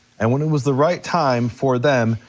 and when it was the right time for them,